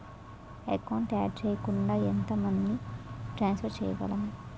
Account add చేయకుండా ఎంత money transfer చేయగలము?